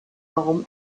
warum